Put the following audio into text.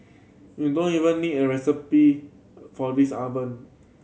you don't even need an recipe for this oven